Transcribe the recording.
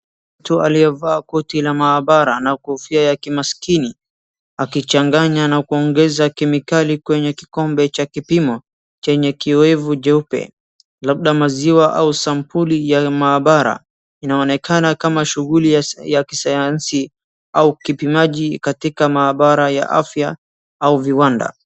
Mtu aliyevaa koti la maabara na kofia ya kimaskini, akichanganya na kuongeza kemikali kwenye kikombe cha kipimo, chenye kiwevu jeupe. Labda maziwa au sampuli ya maabara. Inaonekana kama shughuli ya kisayansi au kipimaji katika maabara ya afya au viwanda.